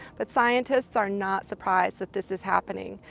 but scientists are not surprised that this is happening.